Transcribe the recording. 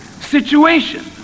situation